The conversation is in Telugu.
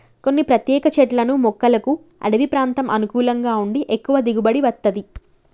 కొన్ని ప్రత్యేక చెట్లను మొక్కలకు అడివి ప్రాంతం అనుకూలంగా ఉండి ఎక్కువ దిగుబడి వత్తది